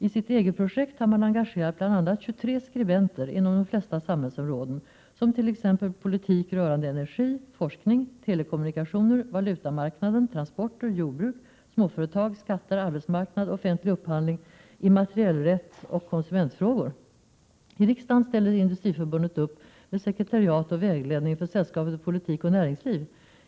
I sitt EG-projekt har man engagerat bl.a. 23 skribenter inom de flesta samhällsområden, som t.ex. politik rörande energi, forskning, telekommunikationer, valutamarknaden, transporter, jordbruk, småföretag, skatter, arbetsmarknad, offentlig upphandling, immaterialrätt och konsumentfrågor. I riksdagen ställer Industriförbundet upp med sekretariat och vägledning för Sällskapet Politik och Näringsliv.